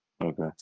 okay